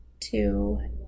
Two